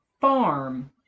Farm